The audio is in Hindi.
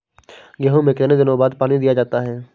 गेहूँ में कितने दिनों बाद पानी दिया जाता है?